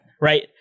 Right